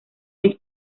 vez